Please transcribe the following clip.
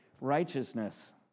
righteousness